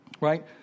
Right